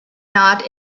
not